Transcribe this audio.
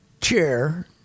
chair